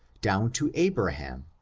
down to abraham,